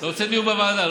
אתה רוצה דיון בוועדה,